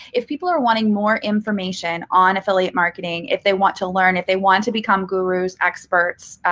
if people are wanting more information on affiliate marketing, if they want to learn, if they want to become gurus, experts,